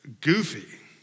goofy